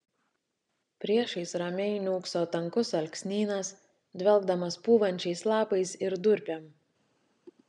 priešais ramiai niūkso tankus alksnynas dvelkdamas pūvančiais lapais ir durpėm